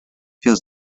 feels